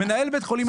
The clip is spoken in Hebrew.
אני ילדתי את